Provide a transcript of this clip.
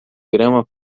grama